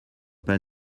pas